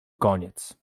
koniec